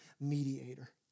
mediator